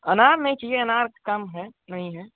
अनार में किये हैं ना कम है नहीं है